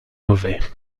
mauvais